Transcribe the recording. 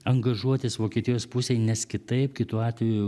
angažuotis vokietijos pusei nes kitaip kitu atveju